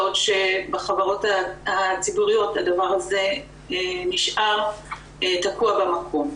בעוד שבחברות הציבוריות הדבר הזה נשאר תקוע במקום.